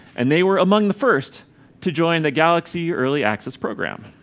and they were among the first to join the galaxy early access program.